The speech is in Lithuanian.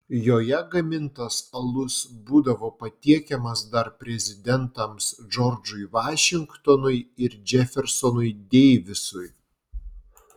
joje gamintas alus būdavo patiekiamas dar prezidentams džordžui vašingtonui ir džefersonui deivisui